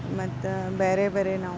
ಮತ್ತು ಬೇರೆ ಬೇರೆ ನಾವು